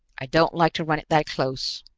i don't like to run it that close.